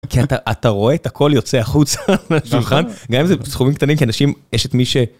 כי אתה... אתה רואה את הכל יוצא החוצה מהשולחן, גם אם זה בסכומים קטנים, כי אנשים, יש את מי ש...